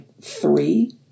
three